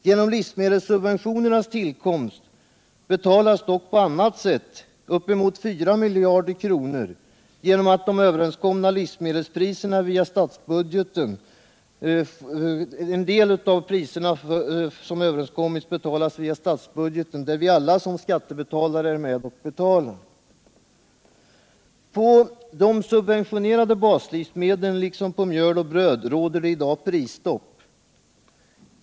Genom livsmedelssubventionernas tillkomst betalas dock på annat sätt uppemot 4 000 milj.kr. av de överenskomna livsmedelspriserna via statsbudgeten, där vi alla som skattebetalare är med och betalar. På de subventionerade baslivsmedlen liksom på mjöl och bröd råder det i dag prisstopp.